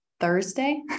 Thursday